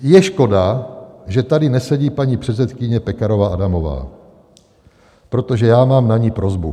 Je škoda, že tady nesedí paní předsedkyně Pekarová Adamová, protože já mám na ni prosbu.